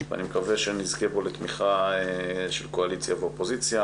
ואני מקווה שנזכה בו לתמיכה של קואליציה אופוזיציה.